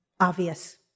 obvious